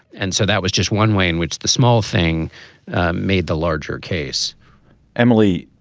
and so that was just one way in which the small thing made the larger case emily,